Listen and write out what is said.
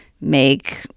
make